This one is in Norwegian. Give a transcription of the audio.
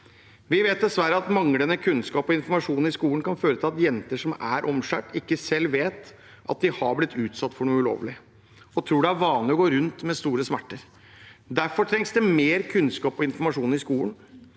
Vi vet dessverre at manglende kunnskap og informasjon i skolen kan føre til at jenter som har blitt omskåret, ikke selv vet at de har blitt utsatt for noe ulovlig, og man tror at det er vanlig å gå rundt med store smerter. Derfor trengs det mer kunnskap og informasjon i skolen.